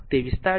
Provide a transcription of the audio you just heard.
તે વિસ્તાર છે